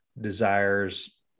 desires